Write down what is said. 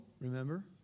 remember